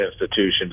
institutions